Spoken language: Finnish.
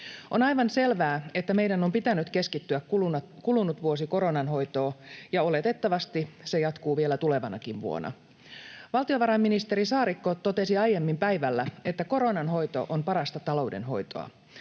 On aivan selvää, että meidän on pitänyt keskittyä kulunut vuosi koronan hoitoon, ja oletettavasti se jatkuu vielä tulevanakin vuonna. Valtiovarainministeri Saarikko totesi aiemmin päivällä, että koronan hoito on parasta taloudenhoitoa.